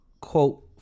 quote